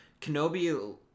Kenobi